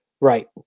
right